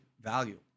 value